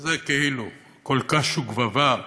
כזה, כאילו, הכול קש וגבבה.